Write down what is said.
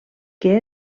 que